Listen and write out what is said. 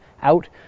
out